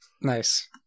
Nice